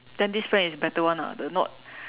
then this friend is better one ah the not